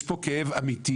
יש פה כאב אמיתי